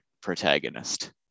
protagonist